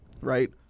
right